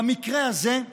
במקרה הזה,